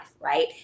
right